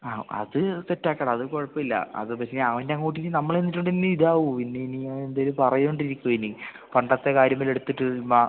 ആ അത് സെറ്റ് ആക്കാമെടാ അത് കുഴപ്പമില്ല അത് പക്ഷെ അവൻ്റെ കൂട്ട് ഇനി നമ്മൾ ചെന്നിട്ടുണ്ടെങ്കിൽ ഇതാവോ ഇനി ഇനി അവൻ എന്തേലും പറഞ്ഞുകൊണ്ട് ഇരിക്കുമോ ഇനി പണ്ടത്തെ കാര്യം വല്ലതും എടുത്തിട്ട് ചുമ്മ